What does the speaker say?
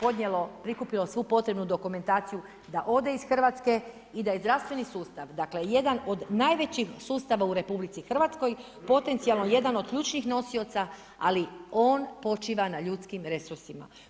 podnijelo prikupilo svu potrebnu dokumentaciju da ode iz Hrvatske i da je zdravstveni sustav dakle, jedan od najvećih sustava u RH, potencijalno jedan od ključnih nosioca ali on počiva na ljudskim resursima.